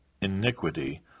iniquity